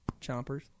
chompers